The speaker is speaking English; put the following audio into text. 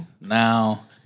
Now